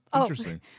Interesting